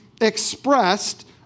expressed